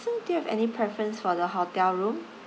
so do you have any preference for the hotel room